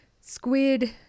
squid